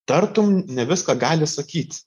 tartum ne viską gali sakyt